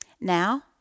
Now